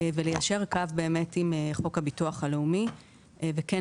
וליישר קו באמת עם חוק הביטוח הלאומי וכן